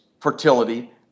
fertility